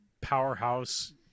powerhouse